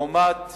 לעומת